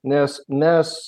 nes mes